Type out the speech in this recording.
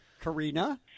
Karina